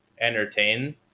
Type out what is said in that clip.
entertain